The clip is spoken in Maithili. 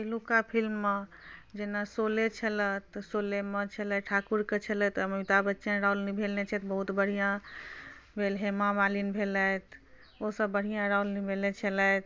पहिलुका फिलिममे जेना शोले छलै तऽ शोलेमे छलै ठाकुरके छलै तऽ ओहिमे अमिताभ बच्चन रोल निभेने छथि बहुत बढ़िआँ भेल हेमा मालिन भेलथि ओसब बढ़िआँ रोल निभेने छलथि